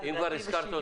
הממשלה.